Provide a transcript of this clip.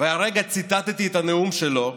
הרגע ציטטתי את הנאום שלו,